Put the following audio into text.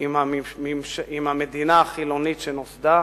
עם המדינה החילונית שנוסדה